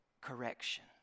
correction